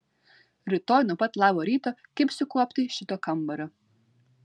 rytoj nuo pat labo ryto kibsiu kuopti šito kambario